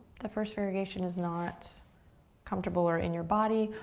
the first variation is not comfortable or in your body,